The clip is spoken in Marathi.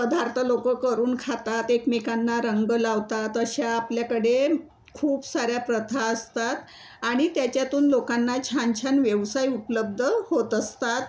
पदार्थ लोकं करून खातात एकमेकांना रंग लावतात अशा आपल्याकडे खूप साऱ्या प्रथा असतात आणि त्याच्यातून लोकांना छान छान व्यवसाय उपलब्द होत असतात